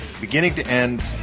beginning-to-end